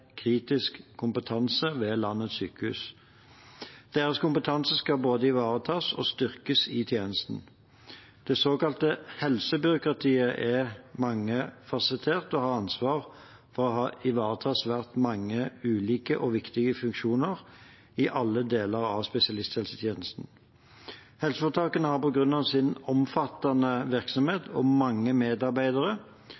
kritisk kompetanse ved landets sykehus. Deres kompetanse skal både ivaretas og styrkes i tjenesten. Det såkalte helsebyråkratiet er mangefasettert og har ansvar for å ivareta svært mange ulike og viktige funksjoner i alle deler av spesialisthelsetjenesten. Helseforetakene har begrunnet sin omfattende virksomhet